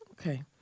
Okay